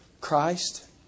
Christ